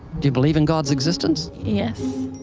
do you believe in god's existence? yes.